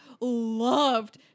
loved